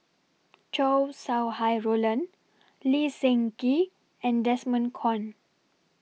Chow Sau Hai Roland Lee Seng Gee and Desmond Kon